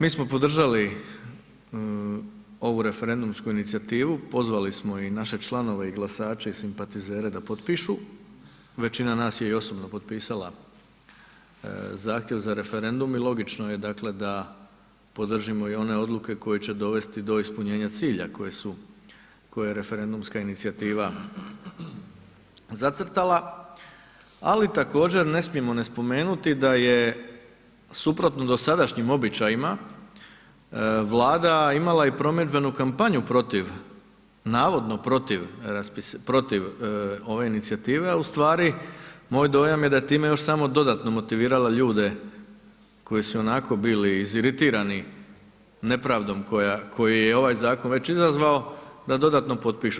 Mi smo podržali ovu referendumsku inicijativu, pozvali smo i naše članove i glasače i simpatizere da potpišu, većina nas je i osobno potpisala zahtjev za referendum i logično je dakle da podržimo i one odluke koje će dovesti do ispunjenja cilja, koje su, koje referendumska inicijativa zacrtala, ali također ne smijemo ne spomenuti da je suprotno dosadašnjim običajima Vlada imala i promidžbenu kampanju protiv, navodno protiv, protiv ove inicijative, a u stvari moj dojam je da je time još samo dodatno motivirala ljude koji su ionako bili iziritirani nepravdom koja, koju je ovaj zakon već izazvao da dodatno potpišu.